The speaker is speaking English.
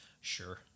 Sure